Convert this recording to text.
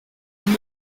kumi